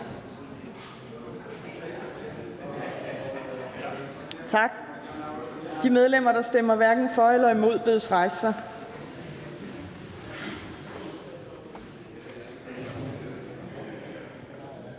Tak. De medlemmer, der stemmer hverken for eller imod, bedes rejse sig. Tak.